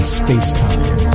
space-time